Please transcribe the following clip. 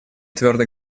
твердо